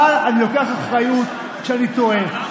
אבל אני לוקח אחריות כשאני טועה.